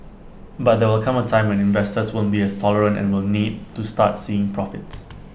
but there will come A time when investors won't be as tolerant and will need to start seeing profits